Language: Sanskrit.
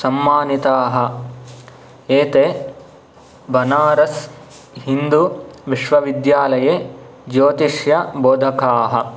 सम्मानिताः एते बनारस् हिन्दु विश्वविद्यालये ज्योतिषे बोधकाः